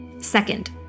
Second